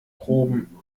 proben